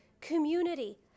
community